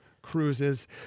Cruises